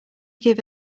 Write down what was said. give